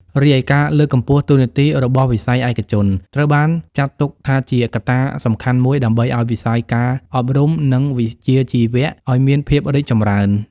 រីឯការលើកកម្ពស់តួនាទីរបស់វិស័យឯកជន ត្រូវបានចាត់ទុកថាជាកត្តាសំខាន់មួយដើម្បីឱ្យវិស័យការអប់រំ និងវិជ្ជាជីវៈ ឲ្យមានភាពរីកចម្រើន។